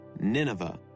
Nineveh